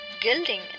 gilding